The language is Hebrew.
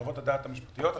חוות הדעת המשפטיות,